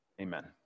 amen